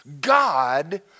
God